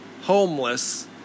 homeless